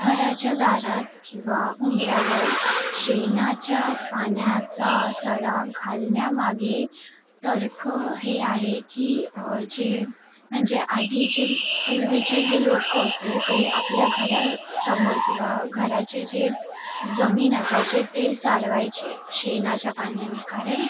घराच्या दारात किंवा उंबऱ्यावर शेणाच्या पाण्याचा सडा घालण्यामागे तर्क हे आहे की जे म्हणजे आधीचे पूर्वीचे जे लोक होते ते आपल्या घरासमोर किंवा घराचे जे जमीन असायचे ते सारवायचे शेणाच्या पाण्याने कारण